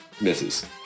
misses